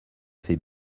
fait